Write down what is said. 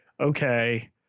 okay